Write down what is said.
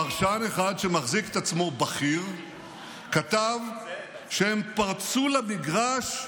פרשן אחד שמחזיק את עצמו בכיר כתב שהם פרצו למגרש בגלל,